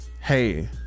Hey